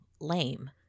lame